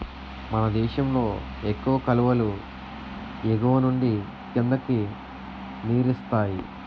మనదేశంలో ఎక్కువ కాలువలు ఎగువనుండి కిందకి నీరిస్తాయి